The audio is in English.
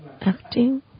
acting